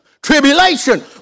Tribulation